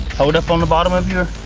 hold up on the bottom of your